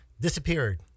disappeared